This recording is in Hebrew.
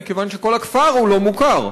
מכיוון שכל הכפר הוא לא-מוכר.